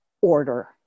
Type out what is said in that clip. order